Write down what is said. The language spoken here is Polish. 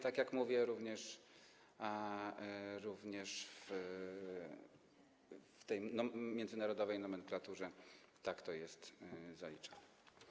Tak jak mówię, również w tej międzynarodowej nomenklaturze tak to jest zaliczane.